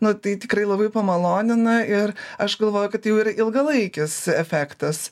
nu tai tikrai labai pamalonina ir aš galvoju kad jau yra ilgalaikis efektas